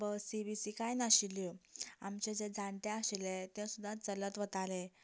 बशीं बिशीं कांय नाशिल्ल्यो आमचे जे जाणटे आशिल्ले ते सुद्दां चलत वतालें